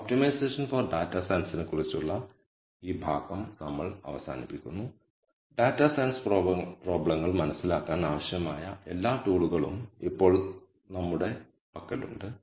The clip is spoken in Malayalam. ഒപ്ടിമൈസേഷൻ ഫോർ ഡാറ്റ സയൻസ്നെക്കുറിച്ചുള്ള ഈ ഭാഗം നമ്മൾ അവസാനിപ്പിക്കുന്നു ഡാറ്റാ സയൻസ് പ്രോബ്ലങ്ങൾ മനസിലാക്കാൻ ആവശ്യമായ എല്ലാ ടൂളുകളും ഇപ്പോൾ നമ്മളുടെ പക്കലുണ്ട്